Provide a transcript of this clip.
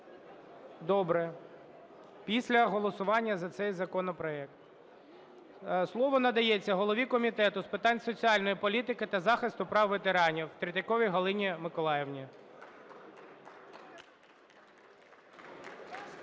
Добре, після голосування за цей законопроект. Слово надається голові Комітету з питань соціальної політики та захисту прав ветеранів Третьяковій Галині Миколаївні.